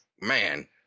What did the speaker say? Man